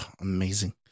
amazing